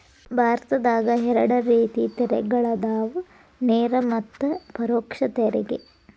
ಭಾರತದಾಗ ಎರಡ ರೇತಿ ತೆರಿಗೆಗಳದಾವ ನೇರ ಮತ್ತ ಪರೋಕ್ಷ ತೆರಿಗೆ